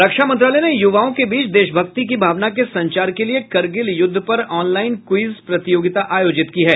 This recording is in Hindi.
रक्षा मंत्रालय ने युवाओं के बीच देशभक्ति की भावना के संचार के लिए करगिल युद्ध पर ऑनलाइन क्विज प्रतियोगिता आयोजित की है